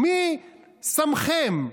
מי שמכם?